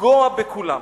לפגוע בכולם.